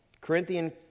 Corinthian